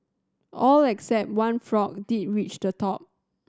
all except one frog who did reach the top